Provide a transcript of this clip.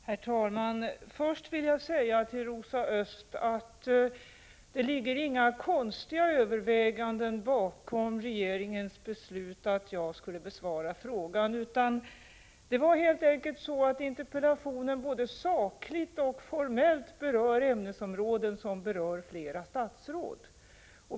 Herr talman! Först vill jag säga till Rosa Östh att det inte ligger några konstiga överväganden bakom regeringens beslut att jag skulle besvara frågorna, utan det var helt enkelt så att interpellationen både sakligt och formellt berör ämnesområden som angår flera statsråd.